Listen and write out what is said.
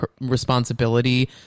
responsibility